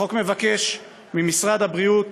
החוק מבקש ממשרד הבריאות